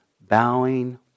bowing